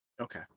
Okay